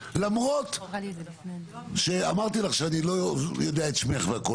למרות שאמרתי לך שאני לא יודע את שמך והכול,